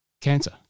cancer